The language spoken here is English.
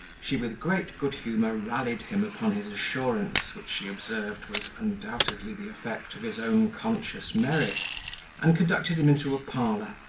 she with great good humour rallied him upon his assurance, which, she observed, was undoubtedly the effect of his own conscious merit and conducted him into a parlour,